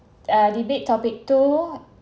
uh debate topic two